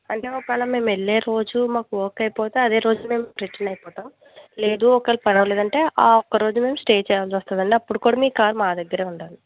అంటే ఒకవేళ మేము వెళ్లే రోజు మాకు వర్క్ అయిపోతే అదే రోజు మేము రిటర్న్ అయిపోతాం లేదూ ఒకవేళ పర్వాలేదంటే ఆ ఒక్క రోజు స్టే చేయాల్సి వస్తుంది అప్పుడు కూడా మీ కార్ మా దగ్గరే ఉండాలి